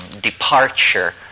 departure